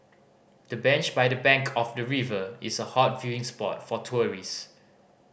the bench by the bank of the river is a hot viewing spot for tourist